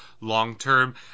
long-term